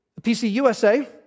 PCUSA